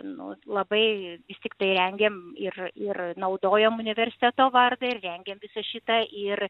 nu labai vis tiktai rengė ir ir naudojom universiteto vardą ir rengėm visa šita ir